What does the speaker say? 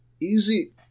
Easy